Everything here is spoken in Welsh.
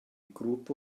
grŵp